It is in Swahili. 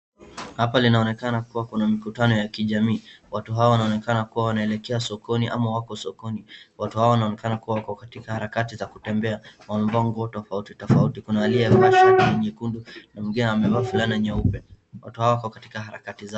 Hapa inaonekana kuwa kuna mkutano wa kijamii, watu hawa inaonekana wanaelekea sokoni ama wako sokoni. Watu hawa wanaonekana wako katika harakati za kutembea, wamevaa nguo tofauti tofauti, kuna aliyevaa shati nyekundu na mwingine amevaa fulana nyeupe, watu hawa wako katika harakati zao.